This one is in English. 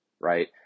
right